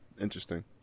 Interesting